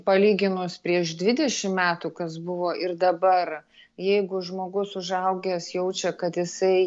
palyginus prieš dvidešim metų kas buvo ir dabar jeigu žmogus užaugęs jaučia kad jisai